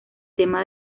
tema